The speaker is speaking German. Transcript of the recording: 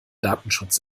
datenschutz